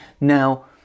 now